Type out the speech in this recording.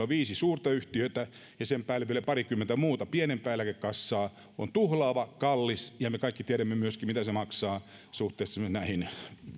on viisi suurta yhtiötä ja sen päälle vielä parikymmentä muuta pienempää eläkekassaa on tuhlaava kallis ja me kaikki tiedämme myöskin mitä se maksaa suhteessa näihin